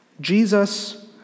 Jesus